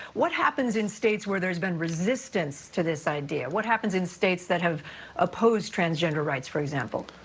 what happens in states where there's been resistance to this idea? what happens in states that have opposed transgender rights, for example?